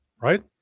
right